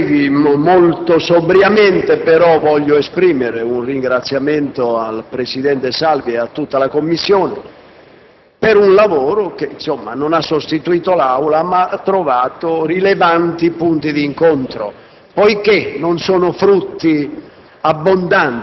Colleghi, molto sobriamente voglio esprimere un ringraziamento al presidente Salvi e a tutta la Commissione per un lavoro che non ha sostituito l'Assemblea, ma ha trovato rilevanti punti di incontro. Poiché non sono frutti